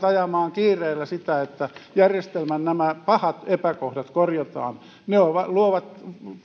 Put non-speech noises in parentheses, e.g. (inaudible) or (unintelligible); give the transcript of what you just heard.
(unintelligible) ajamaan kiireellä sitä että nämä pahat järjestelmän epäkohdat korjataan ne luovat